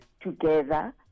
together